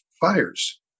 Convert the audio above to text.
fires